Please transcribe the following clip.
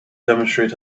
demonstrate